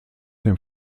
dem